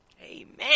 amen